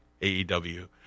AEW